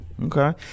Okay